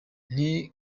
nti